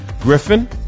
Griffin